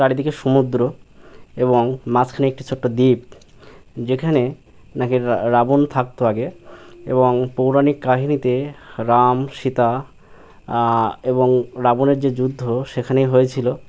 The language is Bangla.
চারিদিকে সমুদ্র এবং মাঝখানে একটি ছোট্ট দ্বীপ যেখানে নাকি রাবণ থাকত আগে এবং পৌরাণিক কাহিনিতে রাম সীতা এবং রাবণের যে যুদ্ধ সেখানেই হয়েছিলো